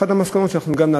אחת המסקנות היא גם לעצמנו,